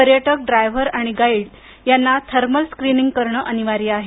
पर्यटक ड्रायव्हर आणि गाईड यांना थर्मल स्क्रीनिंग करणे अनिवार्य आहे